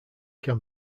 can